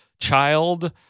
child